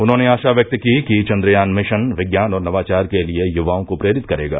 उन्होंने आशा व्यक्त की कि चंद्रयान मिशन विज्ञान और नवाचार के लिए युवाओं को प्रेरित करेगा